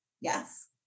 Yes